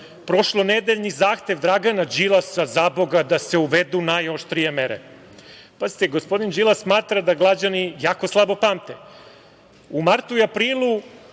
prošlonedeljni zahtev Dragana Đilasa, zaboga da se uvedu najoštrije mere. Pazite, gospodin Đilas smatra da građani jako slabo pamte. U martu i aprilu